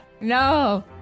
No